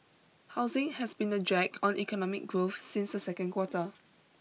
housing has been a drag on economic growth since the second quarter